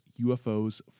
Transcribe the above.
UFOs